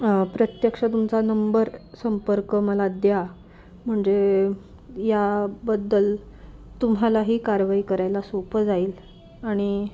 प्रत्यक्षात तुमचा नंबर संपर्क मला द्या म्हणजे याबद्दल तुम्हालाही कारवाई करायला सोपं जाईल आणि